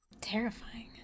Terrifying